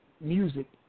music